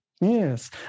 yes